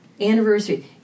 anniversary